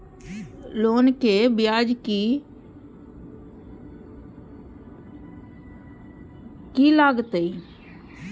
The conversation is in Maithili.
लोन के ब्याज की लागते?